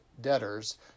debtors